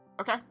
Okay